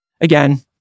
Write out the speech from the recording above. Again